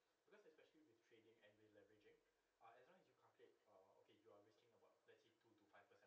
because especially with trading angry leveraging or as long as you calculate okay you want me about thirty two to five person